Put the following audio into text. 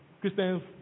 Christians